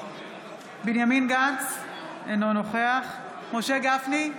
בנימין גנץ, אינו נוכח משה גפני,